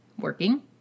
working